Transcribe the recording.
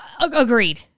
Agreed